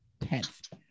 tenth